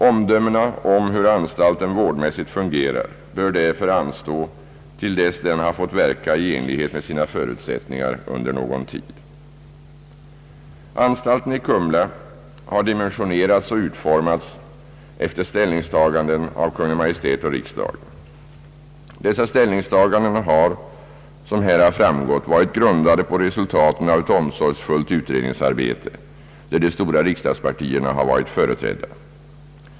Omdömena om hur anstalten vårdmässigt fungerar bör därför anstå till dess den har fått verka i enlighet med sina förutsättningar under någon tid. Anstalten i Kumla har dimensionerats och utformats efter ställningstaganden av Kungl. Maj:t och riksdagen. Dessa ställningstaganden har, som här har framgått, varit grundade på resultaten av ett omsorgsfullt utredningsarbete, där de stora riksdagspartierna har varit företrädda.